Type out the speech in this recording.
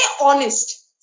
honest